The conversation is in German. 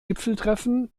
gipfeltreffen